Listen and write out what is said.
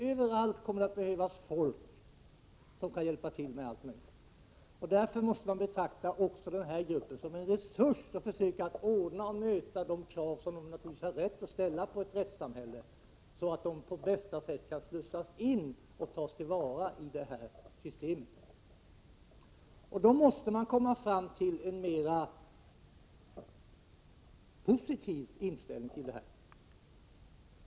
Överallt kommer det att behövas folk som kan hjälpa till med allt möjligt. Därför måste man betrakta också den här gruppen som en resurs och försöka möta de krav som de naturligtvis har rätt att ställa på ett rättssamhälle, så att de på bästa sätt kan slussas in i och tas till vara i systemet. S Då måste man komma fram till en mera positiv inställning till dem.